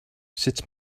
sut